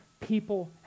people